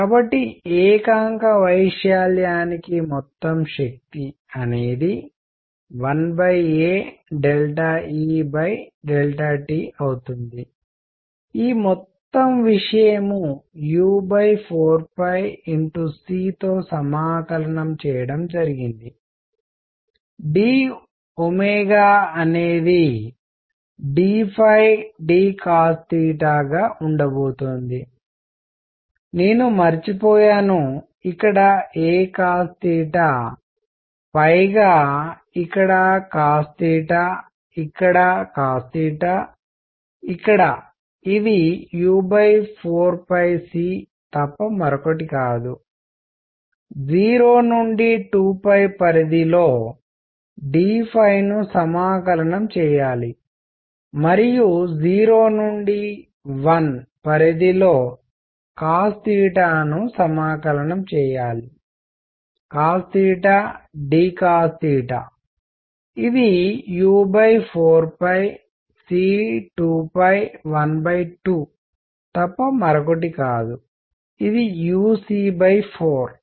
కాబట్టి ఏకాంక వైశాల్యానికి మొత్తం శక్తి అనేది 1aEt అవుతుంది ఈ మొత్తం విషయం u4c తో సమాకలనంఇంటిగ్రేట్ చేయడం జరిగింది d అనేది d d గా ఉండబోతోంది నేను మర్చిపోయాను ఇక్కడ acos పైగా ఇక్కడ cosఇక్కడ cos ఇక్కడ ఇది u4c తప్ప మరొకటి కాదు 0 నుండి 2 పరిధిలో d ను సమాకలనం చేయాలి మరియు 0 నుండి 1 పరిధిలో cos ను సమాకలనం చేయాలి cos d ఇది u4c212 తప్ప మరొకటి కాదు ఇది uc4